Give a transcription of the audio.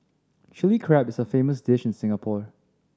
Chilli Crab is a famous dish in Singapore